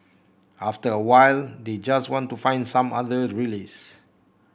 after a while they just want to find some other release